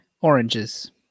Oranges